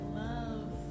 love